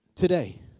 today